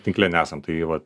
tinkle nesam tai vat